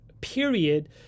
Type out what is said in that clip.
period